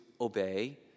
obey